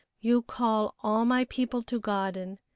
you call all my people to garden,